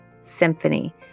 symphony